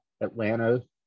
Atlanta